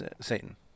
Satan